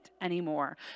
anymore